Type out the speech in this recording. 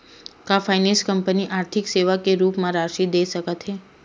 का finance company आर्थिक सेवा के रूप म राशि दे सकत हे?